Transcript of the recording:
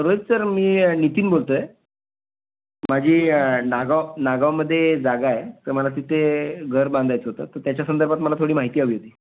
Rohit sir मी नितीन बोलतो आहे माझी नागाव नागावमध्ये जागा आहे तर मला तिथे घर बांधायचं होतं तर त्याच्यासंदर्भात मला थोडी माहिती हवी होती